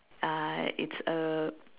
ah it's a